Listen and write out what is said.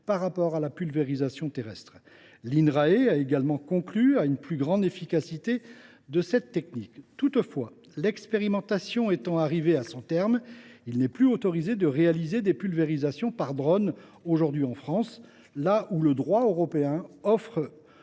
et l’environnement (Inrae) a également conclu à une plus grande efficacité de cette technique. Toutefois, l’expérimentation étant arrivée à son terme, il n’est plus autorisé de réaliser des pulvérisations par drone en France, là où le droit européen offre